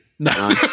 no